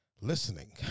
listening